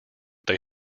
they